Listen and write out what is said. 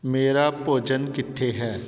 ਮੇਰਾ ਭੋਜਨ ਕਿੱਥੇ ਹੈ